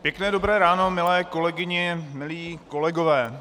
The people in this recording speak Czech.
Pěkné dobré ráno, milé kolegyně, milí kolegové.